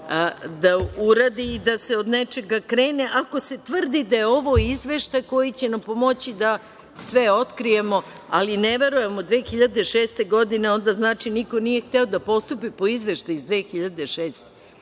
da uradi i da se od nečega krene ako se tvrdi da je ovo izveštaj koji će nam pomoći da sve otkrijemo, ali ne verujem od 2006. godine, onda znači niko nije hteo da postupi po izveštaju iz 2006. godine.